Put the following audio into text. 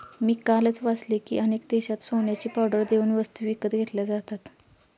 मी कालच वाचले की, अनेक देशांत सोन्याची पावडर देऊन वस्तू विकत घेतल्या जातात